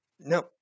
no